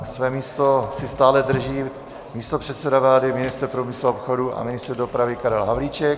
Své místo si stále drží místopředseda vlády, ministr průmyslu a obchodu a ministr dopravy Karel Havlíček.